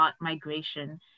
migration